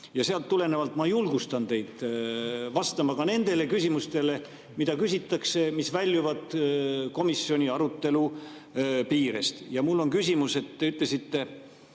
Sellest tulenevalt ma julgustan teid vastama ka nendele küsimustele, mida küsitakse, mis väljuvad komisjoni arutelu piirest. Ja mul on küsimus. Te ütlesite,